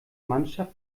mannschaft